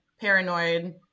paranoid